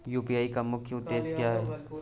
UPI का मुख्य उद्देश्य क्या है?